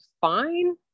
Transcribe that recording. fine